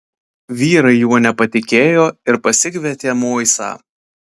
vyrai juo nepatikėjo ir pasikvietė moisą